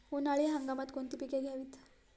उन्हाळी हंगामात कोणती पिके घ्यावीत?